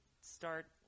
start